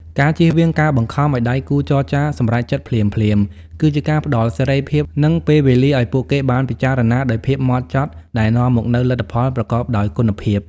ការជៀសវាងការបង្ខំឱ្យដៃគូចរចាសម្រេចចិត្តភ្លាមៗ គឺជាការផ្តល់សេរីភាព និងពេលវេលាឱ្យពួកគេបានពិចារណាដោយភាពហ្មត់ចត់ ដែលនាំមកនូវលទ្ធផលប្រកបដោយគុណភាព។